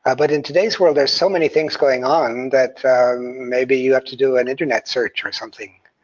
ah but in today's world there's so many things going on, that maybe you have to do an internet search or something.